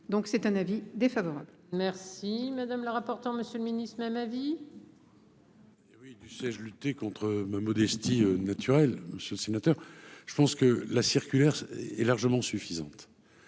donc c'est un avis défavorable. Merci madame la rapporteure, Monsieur le Ministre, même avis. Oui du lutter contre ma modestie naturelle ce sénateur, je pense que la circulaire est largement suffisante